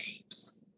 games